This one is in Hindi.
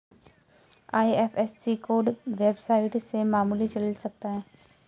आई.एफ.एस.सी कोड वेबसाइट से मालूम चल सकता है